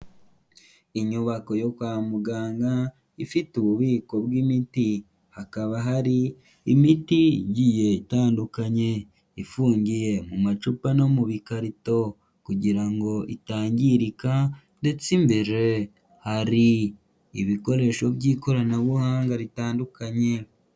Inyubako yo kwa muganga, ifite ububiko bw'imiti, hakaba hari imiti igiye itandukanye, ifungiye mu macupa no mu bikarito, kugira ngo itangirika ndetse imbere hari ibikoresho by'ikoranabuhanga ritandukanye.